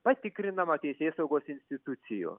patikrinama teisėsaugos institucijų